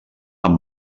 amb